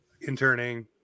interning